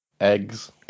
Eggs